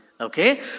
Okay